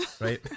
Right